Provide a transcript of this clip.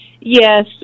Yes